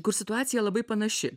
kur situacija labai panaši